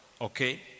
Okay